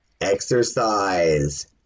Exercise